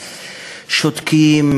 שותקים,